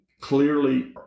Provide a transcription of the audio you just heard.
clearly